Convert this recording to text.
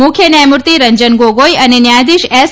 મુખ્ય ન્યાયમૂર્તિ રંજન ગોગોઈ અને ન્યાયાધીશ એસ